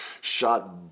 shot